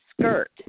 skirt